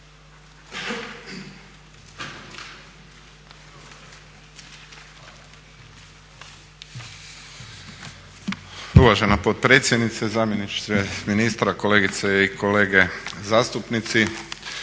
Uvažena potpredsjednice, zamjeniče ministra, kolegice i kolege zastupnici